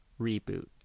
reboot